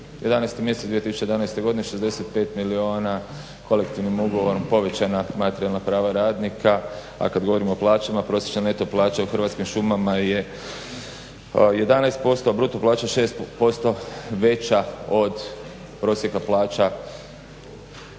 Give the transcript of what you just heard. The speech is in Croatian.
11. mjesec 2011. godine, 65 milijuna kolektivnim ugovorom povećana materijalna prava radnika, a kad govorimo o plaćama prosječna neto plaća u Hrvatskim šumama je 11%, bruto plaća 6% veća od prosjeka plaća